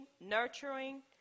nurturing